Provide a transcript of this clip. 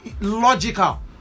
logical